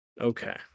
Okay